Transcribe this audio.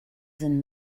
sind